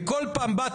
וכל פעם בא,